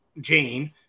Jane